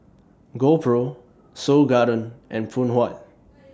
GoPro Seoul Garden and Phoon Huat